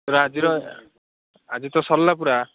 ତୋର ଆଜିର ଆଜି ତ ସରିଲା ପୁରା